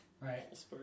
Right